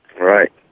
Right